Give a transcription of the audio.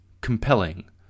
compelling